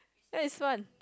that is one